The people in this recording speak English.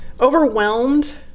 overwhelmed